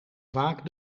vaak